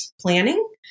planning